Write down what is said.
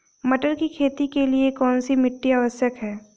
मटर की खेती के लिए कौन सी मिट्टी आवश्यक है?